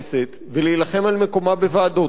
ולהילחם על מקומה בוועדות הכנסת,